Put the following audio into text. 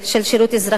של שירות אזרחי,